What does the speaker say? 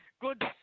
Good